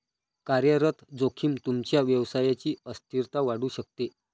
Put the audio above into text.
कार्यरत जोखीम तुमच्या व्यवसायची अस्थिरता वाढवू शकते